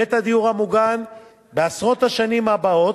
בבית הדיור המוגן בעשרות השנים הבאות,